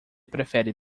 prefere